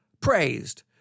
praised